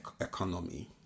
economy